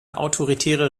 autoritäre